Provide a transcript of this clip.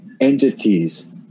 entities